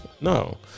No